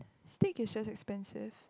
steak is just expensive